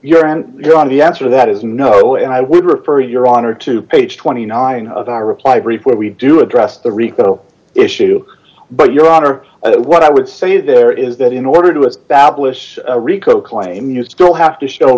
your and your on the answer to that is no and i would refer your honor to page twenty nine of our reply brief where we do address the rico issue but your honor what i would say there is that in order to establish a rico claim you still have to show